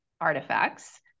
artifacts